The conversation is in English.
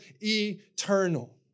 eternal